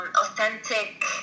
authentic